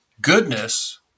goodness